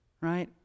right